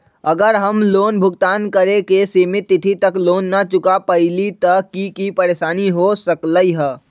अगर हम लोन भुगतान करे के सिमित तिथि तक लोन न चुका पईली त की की परेशानी हो सकलई ह?